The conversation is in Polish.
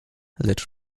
lecz